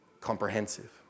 comprehensive